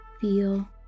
Feel